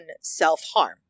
self-harm